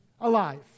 alive